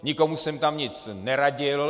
Nikomu jsem tam nic neradil!